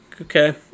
Okay